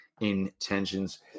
Intentions